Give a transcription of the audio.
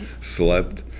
slept